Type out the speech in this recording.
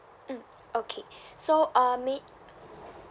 mm okay so um may